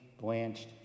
blanched